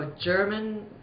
German